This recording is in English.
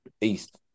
East